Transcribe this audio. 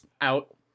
out